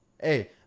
hey